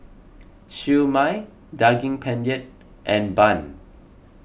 Siew Mai Daging Penyet and Bun